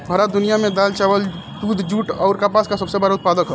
भारत दुनिया में दाल चावल दूध जूट आउर कपास का सबसे बड़ा उत्पादक ह